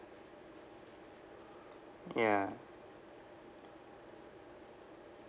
ya